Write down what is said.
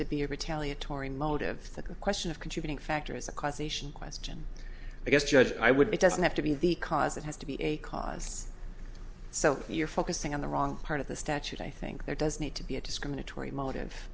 to be a retaliatory motive the question of contributing factor is a causation question because judge i would be doesn't have to be the cause it has to be a cause so you're focusing on the wrong part of the statute i think there does need to be a discriminatory motive